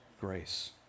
grace